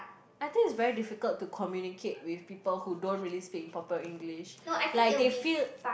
I think is very difficult to communicate with people who don't really speak improper English like they feel